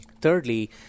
Thirdly